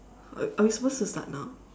are we supposed to start now